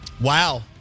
Wow